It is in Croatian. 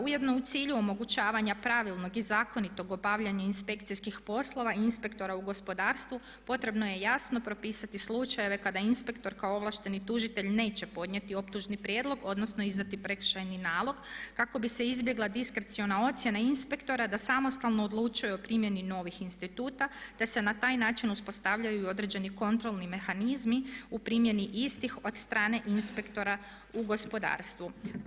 Ujedno je u cilju omogućavanja pravilnog i zakonitog obavljanja inspekcijskih poslova i inspektora u gospodarstvu potrebno je jasno propisati slučajeve kada inspektor kao ovlašteni tužitelj neće podnijeti optužni prijedlog, odnosno izdati prekršajni nalog kako bi se izbjegla diskreciona ocjena inspektora da samostalno odlučuje o primjeni novih instituta, te se na taj način uspostavljaju i određeni kontrolni mehanizmi u primjeni istih od strane inspektora u gospodarstvu.